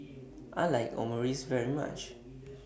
I like Omurice very much